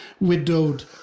widowed